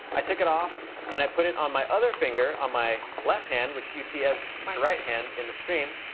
i took it off and i put it on my other finger, on my left hand which you see as my right hand in the stream.